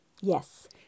Yes